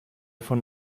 von